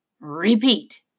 Repeat